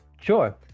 Sure